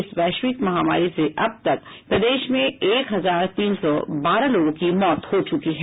इस वैश्विक महामारी से अब तक प्रदेश में एक हजार तीन सौ बारह लोगों की मौत हो चुकी है